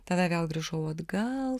tada vėl grįžau atgal